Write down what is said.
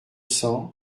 cents